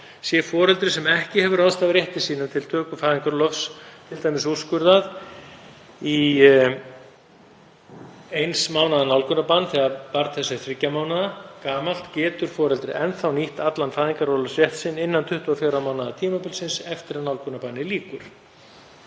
Sé foreldri sem ekki hefur ráðstafað rétti sínum til töku fæðingarorlofs t.d. úrskurðað í eins mánaðar nálgunarbann þegar barn þess er þriggja mánaða gamalt getur foreldrið enn þá nýtt allan fæðingarorlofsrétt sinn innan 24 mánaða tímabilsins eftir að nálgunarbanni lýkur.